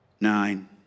nine